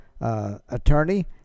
attorney